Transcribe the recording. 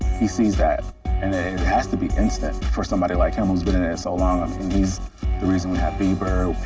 he sees that. and it has to be instant for somebody like him who's been in it so long. and he's the reason we have bieber,